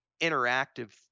interactive